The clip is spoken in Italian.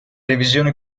revisione